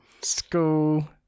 School